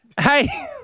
hey